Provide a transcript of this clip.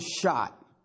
shot